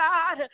God